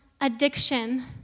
addiction